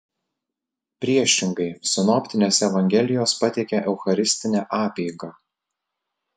priešingai sinoptinės evangelijos pateikia eucharistinę apeigą